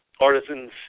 artisans